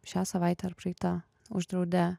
šią savaitę ar praeitą uždraudė